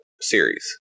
series